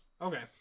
Okay